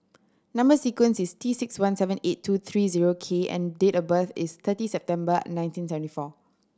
number sequence is T six one seven eight two three zero K and date of birth is thirty September nineteen seventy four